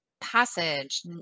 passage